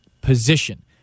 position